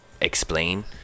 explain